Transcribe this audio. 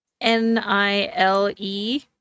N-I-L-E